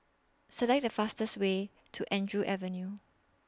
Select The fastest Way to Andrew Avenue